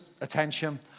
attention